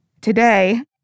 Today